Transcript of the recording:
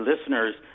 listeners